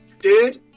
Dude